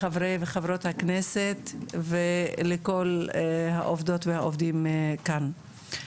לחברי וחברות הכנסת ולכל העובדות והעובדים כאן.